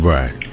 Right